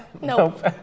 Nope